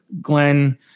Glenn